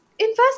invest